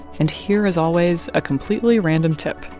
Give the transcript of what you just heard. and here, as always, a completely random tip,